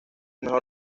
mejor